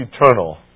eternal